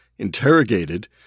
interrogated